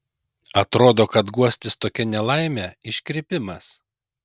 atrodo kad guostis tokia nelaime iškrypimas